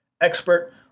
expert